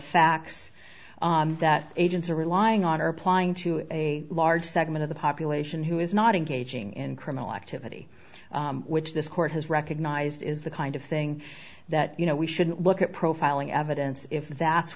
facts that agents are relying on are applying to a large segment of the population who is not engaging in criminal activity this court has recognized is the kind of thing that you know we shouldn't what profiling evidence if that's